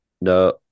no